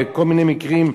וכל מיני מקרים.